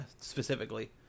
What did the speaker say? specifically